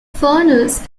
furness